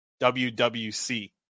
WWC